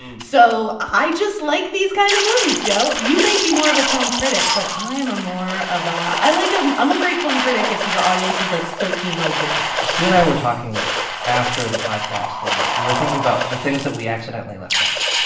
so i just like these kind of movies, joe. you may be more of a film critic, but i am a more of a i like a i'm a great film critic if your audience is, like, thirteen year old boys sue and i were talking after the podcast, and we were thinking about the things that we accidentally left out.